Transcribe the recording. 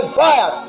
fire